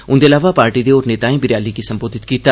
उंदे इलावा पार्टी दे होर नेताएं गी रैली गी संबोधत कीता